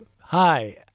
Hi